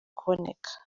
kuboneka